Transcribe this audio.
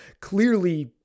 Clearly